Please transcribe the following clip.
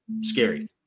scary